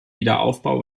wiederaufbau